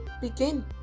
begin